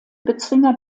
bezwinger